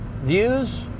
views